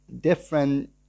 different